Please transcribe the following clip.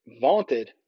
vaunted